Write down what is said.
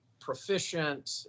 proficient